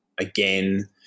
again